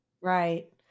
Right